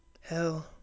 hell